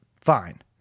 fine